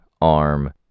arm